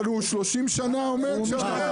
אבל הוא כבר 30 עומד שם.